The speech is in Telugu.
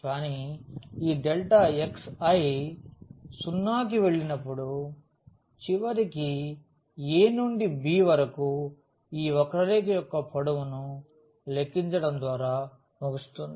కానీ ఈ xi 0 కి వెళ్ళినప్పుడు చివరికి a నుండి b వరకు ఈ వక్రరేఖ యొక్క పొడవును లెక్కించడం ద్వారా ముగుస్తుంది